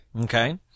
Okay